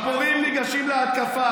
הפורעים ניגשים להתקפה.